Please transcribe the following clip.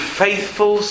faithful